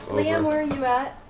liam, where are